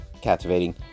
Captivating